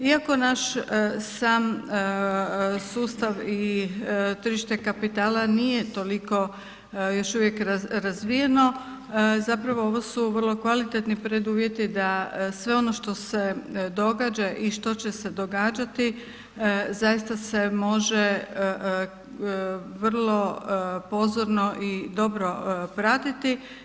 Iako naš sam sustav i tržište kapitala nije toliko još uvijek razvijeno, zapravo ovo su vrlo kvalitetni preduvjeti da se sve ono što se događa i što će se događati zaista se može vrlo pozorno i dobro pratiti.